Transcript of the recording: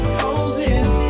poses